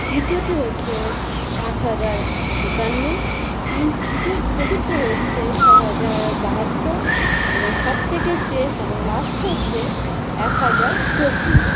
তৃতীয়টি হচ্ছে পাঁচ হাজার একান্ন তিন তৃতীয় চতুর্থ হচ্ছে ছ হাজার বাহাত্তর এবং সবথেকে শেষ এবং লাস্ট হচ্ছে এক হাজার চব্বিশ